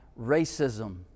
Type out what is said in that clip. racism